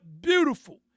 beautiful